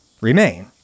remain